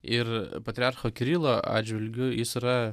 ir patriarcho kirilo atžvilgiu jis yra